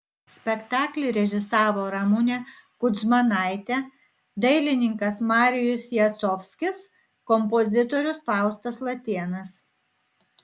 spektaklį režisavo ramunė kudzmanaitė dailininkas marijus jacovskis kompozitorius faustas latėnas